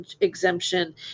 exemption